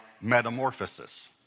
metamorphosis